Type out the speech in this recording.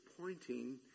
pointing